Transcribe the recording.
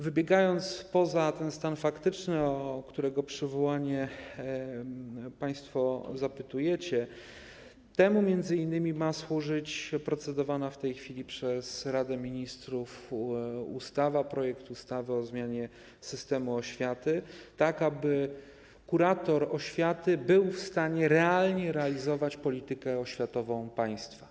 Wybiegając poza ten stan faktyczny, o którego przywołanie państwo prosiliście, o który zapytujecie - temu m.in. ma służyć procedowany w tej chwili przez Radę Ministrów projekt ustawy o zmianie ustawy o systemie oświaty, tak aby kurator oświaty był w stanie realnie realizować politykę oświatową państwa.